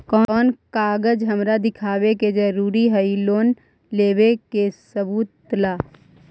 कौन कागज हमरा दिखावे के जरूरी हई लोन लेवे में सबूत ला?